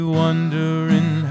wondering